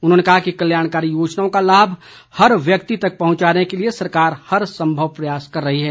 उन्होंने कहा कि कल्याणकारी योजनाओं का लाभ हर व्यक्ति तक पहुंचाने के लिए सरकार हर संभव प्रयास कर रही है